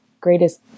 greatest